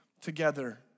together